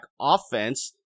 offense